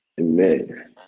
Amen